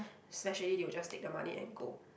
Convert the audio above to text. smash already they will just take the money and go